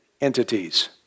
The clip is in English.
entities